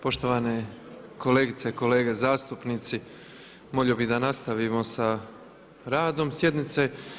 Poštovane kolegice i kolege zastupnici molio bi da nastavimo sa radom sjednice.